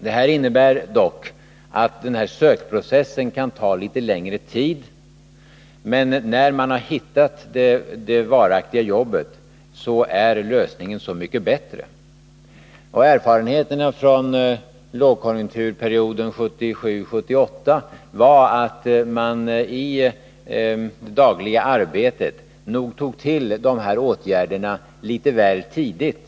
Detta betyder dock att sökprocessen kan ta litet längre tid, men när man hittat det varaktiga arbetet är lösningen så mycket bättre. Erfarenheterna från lågkonjunkturperioden 1977/78 var att man i det dagliga arbetet nog tog till de här åtgärderna litet väl tidigt.